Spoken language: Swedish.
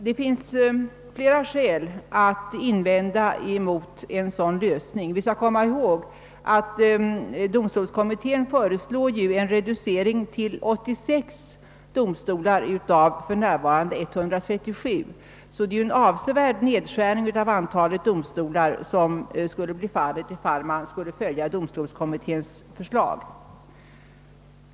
Det kan göras många invändningar mot en sådan lösning. Domstolskommittén föreslår en reducering till 86 av för närvarande 137 domstolar. En avsevärd nedskärning av antalet domstolar skulle alltså ske om vi följde domstolskommitténs förslag.